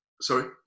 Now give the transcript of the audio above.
Sorry